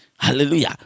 Hallelujah